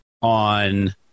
on